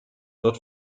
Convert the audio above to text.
wird